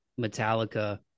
Metallica